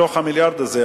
מתוך המיליארד הזה,